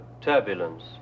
turbulence